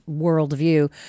worldview